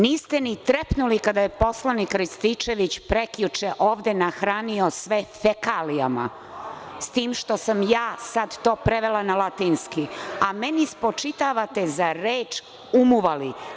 Niste ni trepnuli kada je poslanik Rističević prekjuče ovde nahranio sve fekalijama, s tim što sam ja sad to prevela na latinski, a meni spočitavate za reč umuvali.